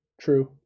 true